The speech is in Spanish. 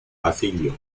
basilio